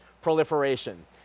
proliferation